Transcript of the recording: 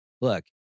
look